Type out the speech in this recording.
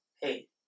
hey